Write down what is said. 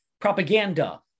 Propaganda